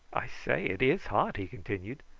i say, it is hot, he continued.